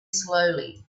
slowly